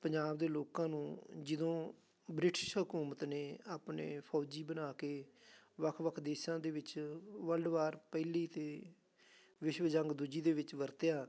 ਪੰਜਾਬ ਦੇ ਲੋਕਾਂ ਨੂੰ ਜਦੋਂ ਬ੍ਰਿਟਿਸ਼ ਹਕੂਮਤ ਨੇ ਆਪਣੇ ਫੌਜੀ ਬਣਾ ਕੇ ਵੱਖ ਵੱਖ ਦੇਸ਼ਾਂ ਦੇ ਵਿੱਚ ਵਲਡ ਵਾਰ ਪਹਿਲੀ ਅਤੇ ਵਿਸ਼ਵ ਜੰਗ ਦੂਜੀ ਦੇ ਵਿੱਚ ਵਰਤਿਆ